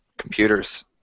computers